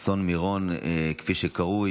אסון מירון, כפי שהוא קרוי,